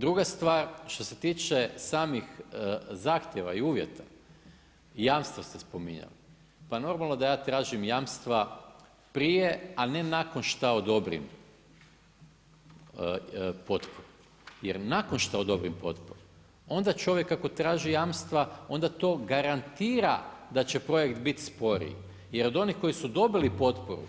Druga stvar, što se tiče samih zahtjeva i uvjeta, jamstva ste spominjali, pa normalno da ja tražim jamstva prije, a ne nakon šta odobrim potporu jer nakon šta odobrim potporu onda čovjek ako traži jamstva onda to garantira da će projekt biti sporiji jer od onih koji su dobili potporu